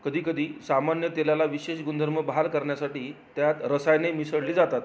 कधीकधी सामान्य तेलाला विशेष गुणधर्म बहाल करण्यासाठी त्यात रसायने मिसळली जातात